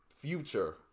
future